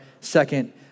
second